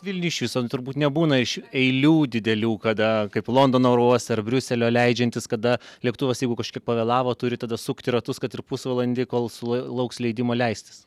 vilniuj iš viso nu turbūt nebūna iš eilių didelių kada kaip londono oro uoste ar briuselio leidžiantis kada lėktuvas jeigu kažkiek pavėlavo turi tada sukti ratus kad ir pusvalandį kol sul lauks leidimo leistis